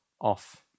Off